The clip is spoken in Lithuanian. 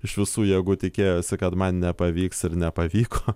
iš visų jėgų tikėjosi kad man nepavyks ir nepavyko